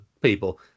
people